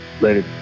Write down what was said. Later